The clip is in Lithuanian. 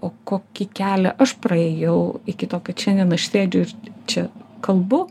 o kokį kelią aš praėjau iki to kad šiandien aš sėdžiu ir čia kalbu